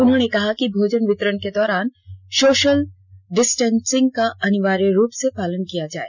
उन्होंने कहा कि भोजन वितरण के दौरान सोषल डिस्टेंसिंग का अनिवार्य रूप से पालन किया जाए